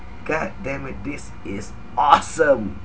god damn it this is awesome